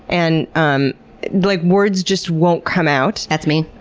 and um like words just won't come out. that's me.